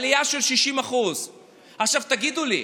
עלייה של 60%. תגידו לי,